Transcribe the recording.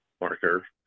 marker